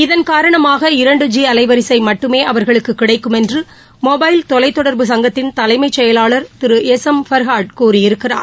இதள் கரணமாக இரண்டு ஜி அலைவரிசை மட்டுமே அவர்களுக்கு கிடைக்கும் என்று மொபைல் தொலைத் தொடர்பு சங்கத்தின் தலைமைச் செயலாளர் திரு எஸ் எம் ஃபர்ஹாடு கூறியிருக்கிறார்